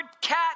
cat